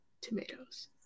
tomatoes